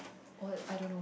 oh I don't know